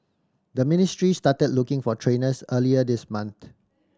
the ministry started looking for trainers earlier this month